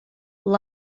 and